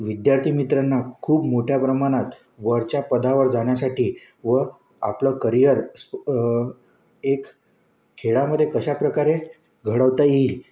विद्यार्थी मित्रांना खूप मोठ्या प्रमाणात वरच्या पदावर जाण्यासाठी व आपलं करीयर स्प एक खेळामध्ये कशाप्रकारे घडवता येईल